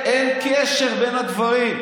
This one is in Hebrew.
אין, אין קשר בין הדברים.